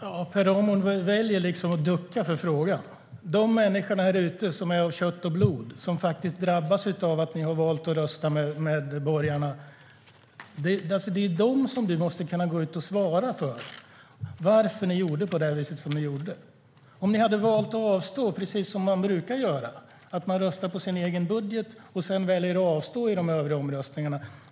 Per Ramhorn väljer att ducka för frågan. Det är de människor här ute, som är av kött och blod och som faktiskt drabbas av att ni har valt att rösta med borgarna, som ni måste svara varför ni gjorde på det sätt som ni gjorde. Ni hade kunnat avstå från att rösta, precis som man brukar göra, alltså att man röstar på sin egen budget och sedan väljer att avstå från att rösta i de övriga omröstningarna.